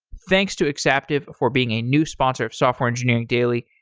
thanks to exaptive for being a new sponsor of software engineering daily.